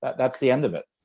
that's the end of it.